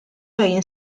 egin